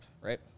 Right